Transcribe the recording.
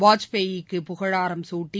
வாஜ்பாய்க்கு புகழாரம் சூட்டி